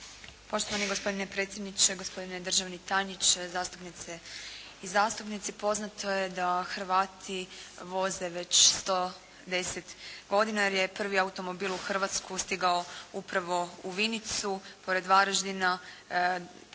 Poštovani gospodine predsjedniče, gospodine državni tajniče, zastupnice i zastupnici. Poznato je da Hrvati voze već 110 godina jer je prvi automobil u Hrvatsku stigao upravo u Vinicu, pored Varaždina.